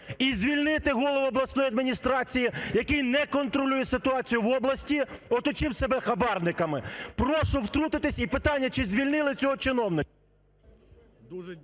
і звільнити голову обласної адміністрації, який не контролює ситуацію в області, оточив себе хабарниками, прошу втрутитися. І питання, чи звільнили цього чиновника?